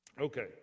okay